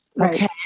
okay